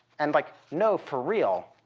and like, no, for real,